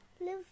live